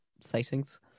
sightings